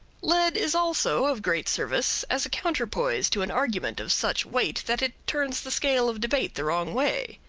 lead is also of great service as a counterpoise to an argument of such weight that it turns the scale of debate the wrong way.